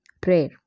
prayer